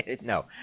No